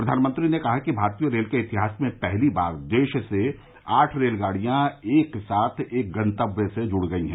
प्रधानमंत्री ने कहा कि भारतीय रेल के इतिहास में पहली बार देशभर से आठ रेलगाड़ियां एक साथ एक गन्तव्य से जुड़ गई हैं